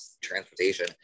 transportation